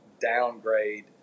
downgrade